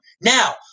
Now